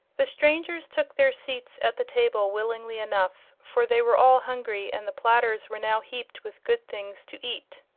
the strangers took their seats at the table willingly enough, for they were all hungry and the platters were now heaped with good things to eat.